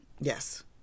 Yes